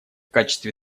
качестве